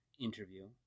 interview